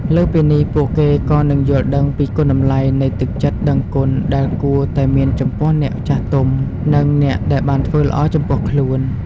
លើសពីនេះ ពួកគេក៏នឹងយល់ដឹងពីគុណតម្លៃនៃទឹកចិត្តដឹងគុណដែលគួរតែមានចំពោះអ្នកចាស់ទុំ និងអ្នកដែលបានធ្វើល្អចំពោះខ្លួន។